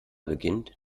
beginnt